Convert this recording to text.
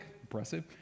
Impressive